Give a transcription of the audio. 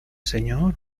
señor